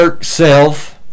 self